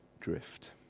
drift